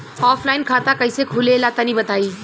Offline खाता कइसे खुले ला तनि बताई?